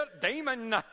Demon